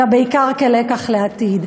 אלא בעיקר כלקח לעתיד.